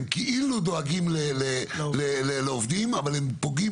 הם כאילו דואגים לעובדים אבל הם פוגעים